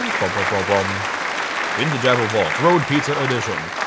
um but but but but um vintage apple vault road pizza edition.